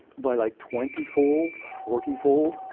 by like, twenty fold, forty fold.